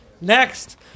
Next